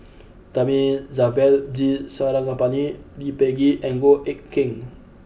Thamizhavel G Sarangapani Lee Peh Gee and Goh Eck Kheng